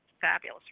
fabulous